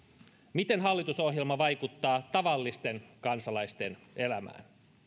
miten hallitusohjelma vaikuttaa tavallisten kansalaisten elämään